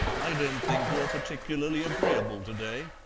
i don't think you're particularly agreeable to-day.